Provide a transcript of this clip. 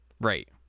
Right